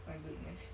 my goodness